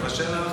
אתה מבשל,